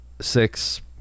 six